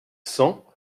cent